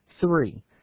Three